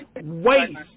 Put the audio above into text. waste